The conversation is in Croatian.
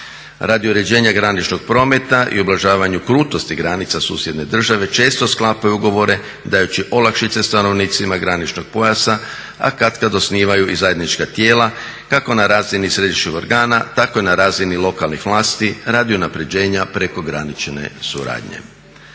Radi uređenja graničnog prometa i ublažavanju krutosti granica susjedne često sklapaju ugovore dajući olakšice stanovnicima graničnog pojasa, a katkada osnivaju i zajednička tijela kako na razini središnjih organa tako i na razini lokalnih vlasti radi unapređenja prekogranične suradnje.